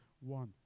one